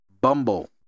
Bumble